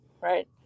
right